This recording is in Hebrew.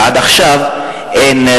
ועד עכשיו אין,